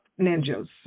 ninjas